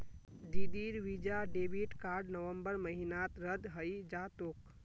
दीदीर Visa debit card November महीनात रद्द हइ जा तोक